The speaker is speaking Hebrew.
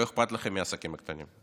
לא אכפת לכם מהעסקים הקטנים,